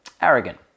arrogant